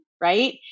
right